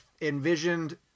envisioned